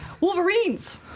Wolverines